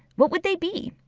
what would they be?